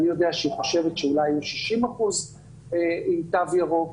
ואני יודע שהיא חושבת שאולי יהיו 60% עם תו ירוק,